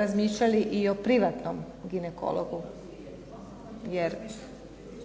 razmišljali i o privatnom ginekologu,